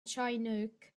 chinook